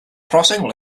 crossing